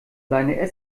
seine